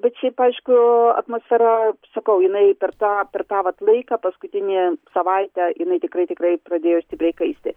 bet šiaip aišku atmosfera sakau jinai per tą per tą vat laiką paskutinę savaitę jinai tikrai tikrai pradėjo stipriai kaisti